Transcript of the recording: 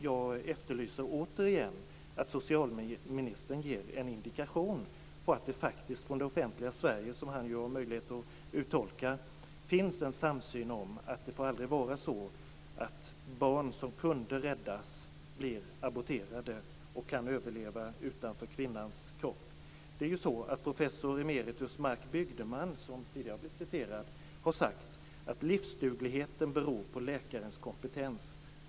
Jag efterlyser återigen att socialministern ger en indikation på att det faktiskt från det offentliga Sverige, som han har möjlighet att uttolka, finns en samsyn om att det aldrig får vara så barn som kunde räddas blir aborterade och kan överleva utanför kvinnans kropp. Professor emeritus Marc Bygdeman, som tidigare har blivit citerad, har sagt att livsdugligheten beror på läkarens kompetens.